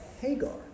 Hagar